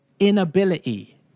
Inability